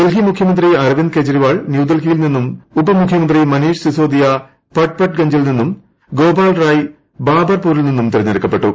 ഡൽഹി മുഖ്യമന്ത്രി അരവിന്ദ് കേജ് രിവാൾ ന്യൂഡൽഹിയിൽ നിന്നും ഉപമുഖ്യമന്ത്രി മനീഷ് സിസോദിയ പട്പട്ഗഞ്ചിൽ നിന്നും ഗോപാൽറായ് ബാബർപൂരിൽ നിന്നും തെരഞ്ഞെടുക്കപ്പെട്ടു